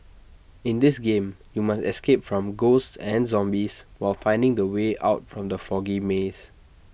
in this game you must escape from ghosts and zombies while finding the way out from the foggy maze